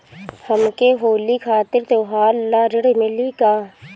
हमके होली खातिर त्योहार ला ऋण मिली का?